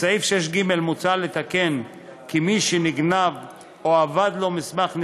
בסעיף 6ג מוצע לתקן כי מי שנגנב או אבד לו מסמך נסיעה,